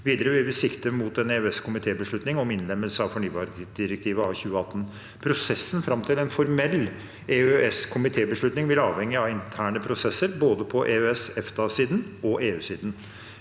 Videre vil vi sikte mot en EØS-komitébeslutning om innlemmelse av fornybardirektivet av 2018. Prosessen fram til en formell EØS-komitébeslutning vil avhenge av interne prosesser både på EØS/EFTA-siden og på EU-siden.